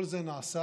כל זה נעשה